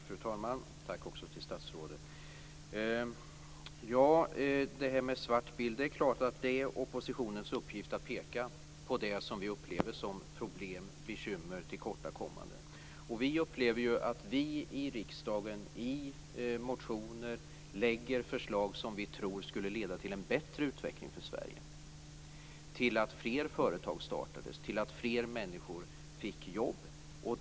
Fru talman! Tack, och tack också till statsrådet! Först till det här med den svarta bilden. Det är klart att det är oppositionens uppgift att peka på det som vi upplever som problem, bekymmer och tillkortakommanden. Vi upplever ju att vi i riksdagen i motioner lägger fram förslag som vi tror skulle leda till en bättre utveckling för Sverige, till att fler företag startades, till att fler människor fick jobb.